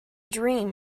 dream